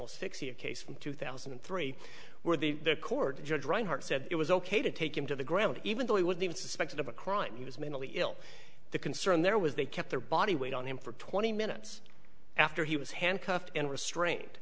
l six year case from two thousand and three where the court judge reinhardt said it was ok to take him to the ground even though he was even suspected of a crime he was mentally ill the concern there was they kept their body weight on him for twenty minutes after he was handcuffed and restra